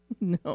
No